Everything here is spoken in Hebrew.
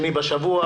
בוקר טוב,